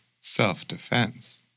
self-defense